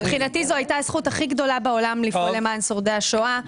מבחינתי זו הייתה הזכות הכי גדולה בעולם לפעול למען שורדי השואה.